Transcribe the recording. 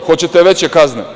Hoćete veće kazne?